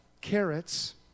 carrots